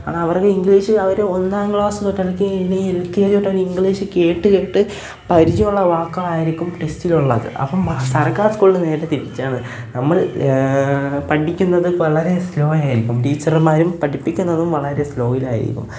കാരണം അവർക്ക് ഇംഗ്ലീഷ് അവര് ഒന്നാം ക്ലാസ് തൊട്ടാണ് എൽ കെ ജി തൊട്ടാണ് ഇംഗ്ലീഷ് കേട്ട് കേട്ട് പരിചയമുള്ള വാക്കായിരിക്കും ടെസ്റ്റിലുള്ളത് അപ്പോള് സർക്കാർ സ്കൂളിൽ നേരെ തിരിച്ചാണ് നമ്മള് പഠിക്കുന്നത് വളരെ സ്ലോ ആയിരിക്കും ടീച്ചർമാരും പഠിപ്പിക്കുന്നതും വളരെ സ്ലോവിൽ ആയിരിക്കും